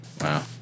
Wow